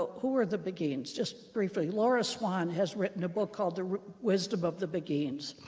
who are the beguines, just briefly. laura swann has written a book called the wisdom of the beguines.